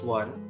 one